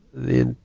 the,